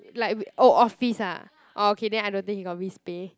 like oh office ah oh okay then I don't think he got risk pay